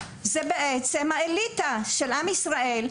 זו בעצם האליטה של עם ישראל,